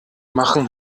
machen